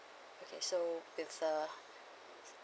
okay so with the